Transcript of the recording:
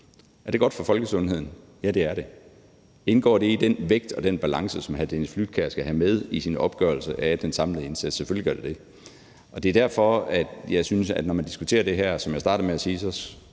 Er det godt for folkesundheden? Ja, det er det. Indgår det i den vægt og den balance, som hr. Dennis Flydtkjær skal have med i sin opgørelse af den samlede indsats? Selvfølgelig gør det det, og det er derfor, jeg synes, at når man diskuterer det her, må man selvfølgelig selv